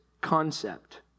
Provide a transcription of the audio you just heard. Concept